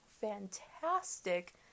fantastic